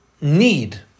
need